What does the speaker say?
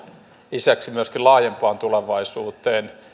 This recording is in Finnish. lisäksi myöskin laajempaan tulevaisuuteen